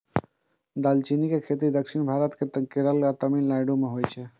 दालचीनी के खेती दक्षिण भारत केर केरल आ तमिलनाडु मे होइ छै